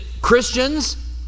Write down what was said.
Christians